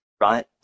right